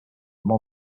more